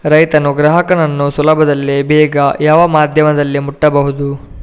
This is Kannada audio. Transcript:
ರೈತನು ಗ್ರಾಹಕನನ್ನು ಸುಲಭದಲ್ಲಿ ಬೇಗ ಯಾವ ಮಾಧ್ಯಮದಲ್ಲಿ ಮುಟ್ಟಬಹುದು?